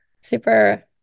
super